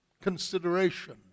consideration